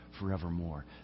forevermore